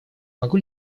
могу